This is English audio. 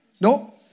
No